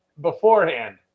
beforehand